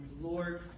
Lord